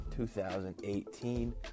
2018